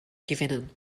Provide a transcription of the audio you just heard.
gewinnen